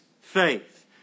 faith